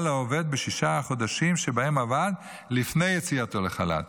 לעובד בשישה החודשים שבהם עבד לפני יציאתו לחל"ת,